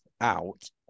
out